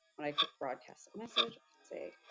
when i click broadcast a message, i can say,